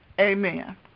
Amen